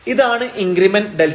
ഇതാണ് increment Δy